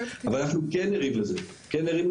אבל אנחנו כן ערים לזה ומתייחסים.